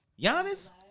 Giannis